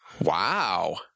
wow